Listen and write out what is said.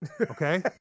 Okay